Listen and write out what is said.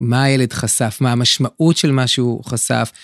מה הילד חשף, מה המשמעות של מה שהוא חשף.